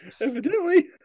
Evidently